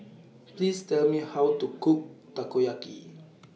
Please Tell Me How to Cook Takoyaki